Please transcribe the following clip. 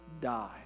die